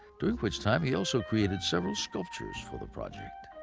during which time he also created several sculptures for the project.